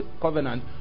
covenant